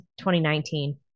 2019